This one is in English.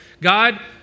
God